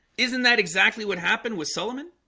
isn't that exactly what happened with solomon